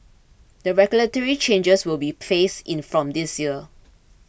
the regulatory changes will be phased in from this year